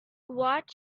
what